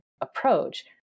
approach